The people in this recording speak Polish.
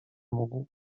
mógł